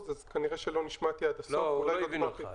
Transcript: מישהו ואני לא רואה שיש פה מתאבדים כלכליים עשו היתכנות כלכלית,